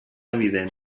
evident